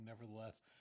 nevertheless